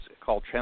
called